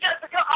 Jessica